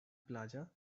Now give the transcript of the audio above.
plaza